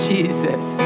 Jesus